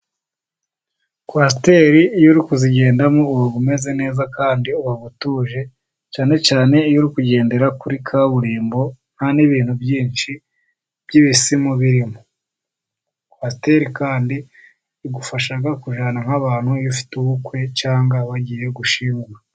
Kwasiteri iyo uri kuzigendamo uba umeze neza kandi uba utuje, cyane cyane iyo uri kugendera kuri kaburimbo, nta n'ibintu byinshi by'ibisimu birimo. Kwasiteri kandi igufasha kujyana nk'abantu iyo ufite ubukwe, cyangwa bagiye gushyingura.